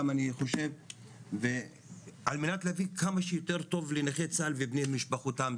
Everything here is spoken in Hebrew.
אני חושב ועל מנת להביא כמה שיותר טוב לנכי צה"ל ובני משפחותיהם,